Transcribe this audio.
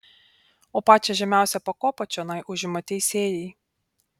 o pačią žemiausią pakopą čionai užima teisėjai